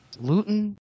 Luton